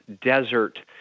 desert